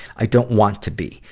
i don't want to be.